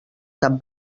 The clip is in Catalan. cap